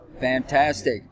Fantastic